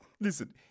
listen